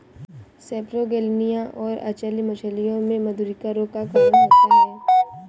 सेपरोगेलनिया और अचल्य मछलियों में मधुरिका रोग का कारण होता है